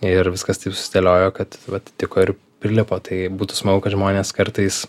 ir viskas taip susidėliojo kad vat tiko ir prilipo tai būtų smagu kad žmonės kartais